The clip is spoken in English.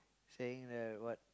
staying at the what